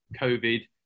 COVID